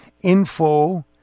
info